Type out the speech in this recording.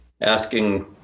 asking